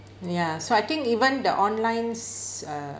ya so I think even the online s~ uh